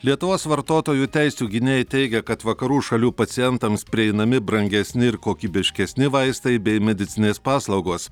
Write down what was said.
lietuvos vartotojų teisių gynėjai teigia kad vakarų šalių pacientams prieinami brangesni ir kokybiškesni vaistai bei medicininės paslaugos